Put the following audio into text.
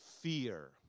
fear